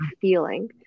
feeling